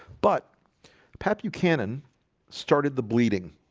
but pat buchanan started the bleeding